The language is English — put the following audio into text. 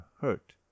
hurt